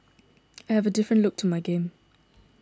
I have a different look to my game